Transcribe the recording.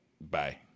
Bye